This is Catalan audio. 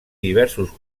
diversos